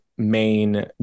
main